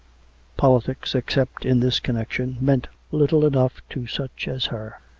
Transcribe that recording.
politics, except in this connection, meant little enough to such as her.